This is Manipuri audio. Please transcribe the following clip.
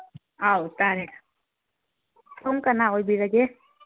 ꯑꯥꯎ ꯇꯥꯔꯦ ꯁꯣꯝ ꯀꯅꯥ ꯑꯣꯏꯕꯤꯔꯒꯦ